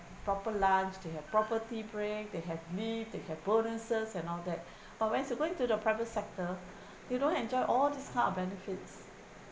proper lunch they have proper tea break they have eats they have bonuses and all that but when you going to the private sector you don't enjoy all these kind of benefits